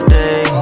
day